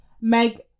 Meg